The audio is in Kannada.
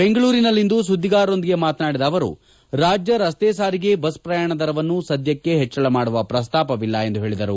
ಬೆಂಗಳೂರಿನಲ್ಲಿಂದು ಸುದ್ದಿಗಾರರೊಂದಿಗೆ ಮಾತನಾಡಿದ ಅವರು ರಾಜ್ಯ ರಸ್ತೆ ಸಾರಿಗೆ ಬಸ್ ಪ್ರಯಾಣ ದರವನ್ನು ಸದ್ಯಕ್ಕೆ ಹೆಚ್ಚಳ ಮಾಡುವ ಪ್ರಸ್ತಾಪವಿಲ್ಲ ಎಂದು ಹೇಳಿದರು